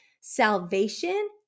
salvation